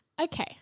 Okay